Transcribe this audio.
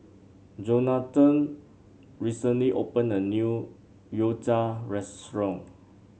Johnathan recently opened a new Gyoza Restaurant